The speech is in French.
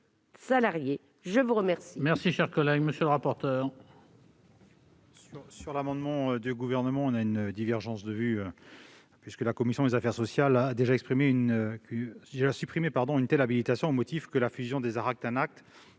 à vous remercier